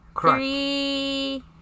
three